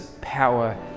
power